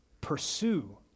pursue